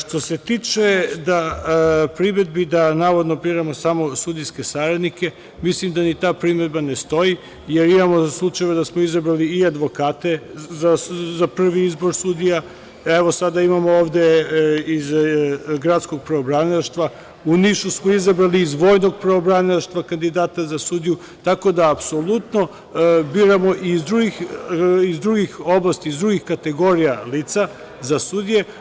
Što se tiče primedbi da navodno biramo samo sudijske saradnike, mislim da ni ta primedba ne stoji, jer imamo slučajeve da smo izabrali i advokate za prvi izbor sudija, evo sada imamo ovde iz Gradskog pravobranilaštva, u Nišu smo izabrali iz Vojnog pravobranilaštva kandidata za sudiju, tako da apsolutno biramo iz drugih oblasti, iz drugih kategorija lica za sudije.